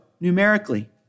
numerically